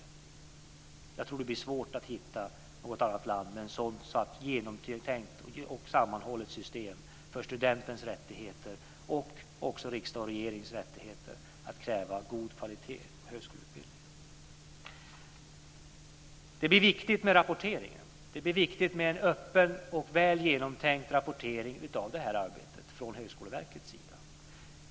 Jag tror att det blir svårt att hitta något annat land med ett sådant genomtänkt och sammanhållet system för studentens rättigheter och också riksdagens och regeringens rättigheter att kräva god kvalitet på högskoleutbildningen. Det blir viktigt med rapporteringen. Det blir viktigt med en öppen och väl genomtänkt rapportering av detta arbete från Högskoleverkets sida.